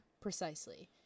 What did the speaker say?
precisely